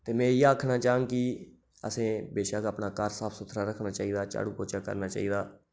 ते में इ'यै आखना चाह्ंग कि असें बशक्क अपना घर साफ सुथरा रक्खना चाहिदा झाड़ू पोच्छा करना चाहिदा